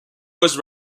was